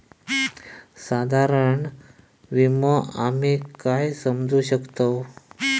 साधारण विमो आम्ही काय समजू शकतव?